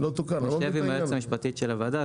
אנחנו נשב עם היועצת המשפטית של הוועדה,